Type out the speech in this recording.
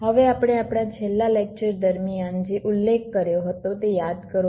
હવે આપણે આપણા છેલ્લા લેકચર દરમિયાન જે ઉલ્લેખ કર્યો હતો તે યાદ કરો